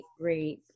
great